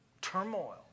turmoil